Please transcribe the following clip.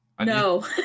No